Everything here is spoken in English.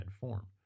form